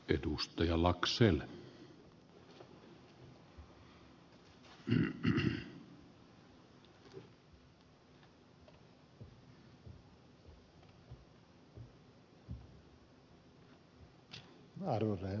arvoisa herra puhemies